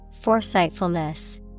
foresightfulness